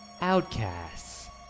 Outcasts